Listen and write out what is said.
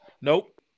Nope